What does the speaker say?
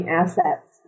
assets